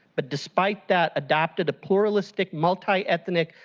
but despite that, adopted a pluralistic, multiethnic,